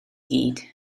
gyd